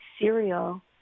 cereal